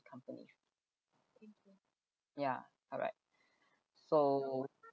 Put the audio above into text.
companies ya correct so